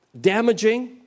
damaging